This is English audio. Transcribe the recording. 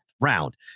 round